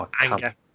anger